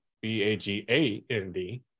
B-A-G-A-N-D